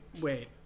wait